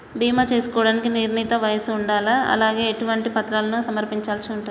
బీమా చేసుకోవడానికి నిర్ణీత వయస్సు ఉండాలా? అలాగే ఎటువంటి పత్రాలను సమర్పించాల్సి ఉంటది?